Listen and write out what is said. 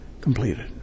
completed